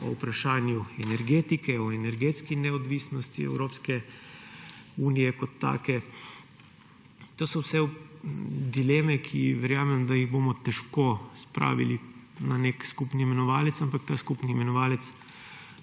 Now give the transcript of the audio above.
o vprašanju energetike, o energetski neodvisnosti Evropske unije kot take. To so vse dileme, za katere verjamem, da jih bomo težko spravili na skupni imenovalec, ampak ta skupni imenovalec